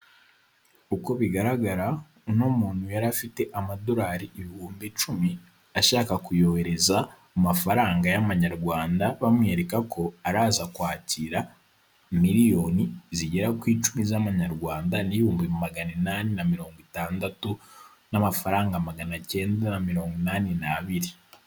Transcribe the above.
Uko bigaragara uno muntu yari afite amadorari ibihumbi cumi, ashaka kuyohereza mu mafaranga y'amanyarwanda, bamwereka ko araza kwakira, miliyoni zigera ku icumi z'amanyarwanda n'ibihumbi magana inani na mirongo itandatu, n'amafaranga magana cyenda na mirongo inani n'abiri.